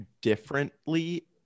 differently